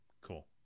Cool